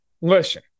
listen